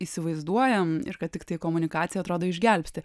įsivaizduojam ir kad tiktai komunikacija atrodo išgelbsti